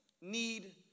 need